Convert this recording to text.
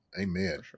amen